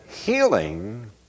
healing